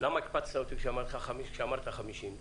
למה הקפצת אותי כשאמרת 50?